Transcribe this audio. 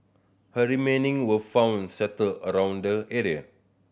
her remaining were found scattered around the area